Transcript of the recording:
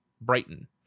Brighton